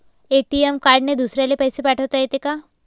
ATM कार्डने दुसऱ्याले पैसे पाठोता येते का?